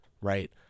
right